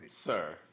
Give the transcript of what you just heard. Sir